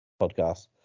podcast